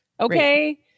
Okay